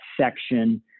section